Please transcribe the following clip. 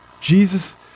Jesus